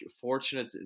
fortunate